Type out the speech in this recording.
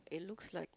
it looks like